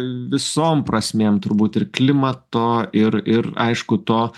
visom prasmėm turbūt ir klimato ir ir aišku to